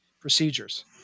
procedures